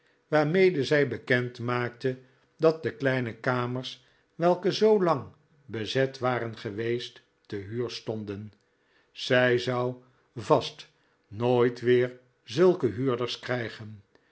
waarmede zij bekend maakte dat de kleine kamers welke zoo lang bezet waren geweest te huur stonden zij zou vast nooit weer zulke huurders krijgen